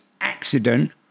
accident